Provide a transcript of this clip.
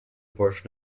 portion